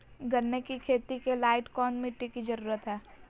गन्ने की खेती के लाइट कौन मिट्टी की जरूरत है?